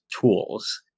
tools